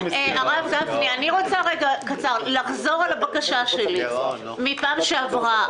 2020. אני רוצה לחזור על הבקשה שלי מהפעם שעברה.